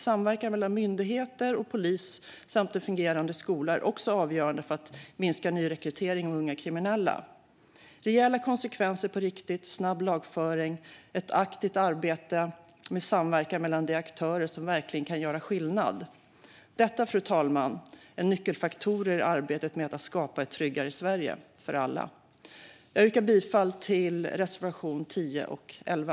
Samverkan mellan myndigheter och polis samt en fungerande skola är också avgörande för att minska nyrekrytering av unga kriminella. Vi vill se rejäla konsekvenser på riktigt, snabb lagföring och ett aktivt arbete med samverkan mellan de aktörer som verkligen kan göra skillnad. Detta, fru talman, är nyckelfaktorer i arbetet med att skapa ett tryggare Sverige för alla. Jag yrkar bifall till reservationerna 10 och 11.